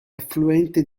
affluente